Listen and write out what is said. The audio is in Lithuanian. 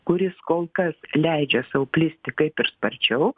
kuris kol kas leidžia sau plisti kaip ir sparčiau